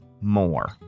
more